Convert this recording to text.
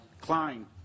Klein